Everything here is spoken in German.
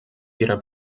ihrer